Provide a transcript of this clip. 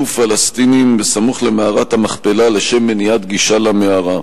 פלסטינים סמוך למערת המכפלה לשם מניעת גישה למערה.